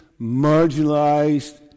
marginalized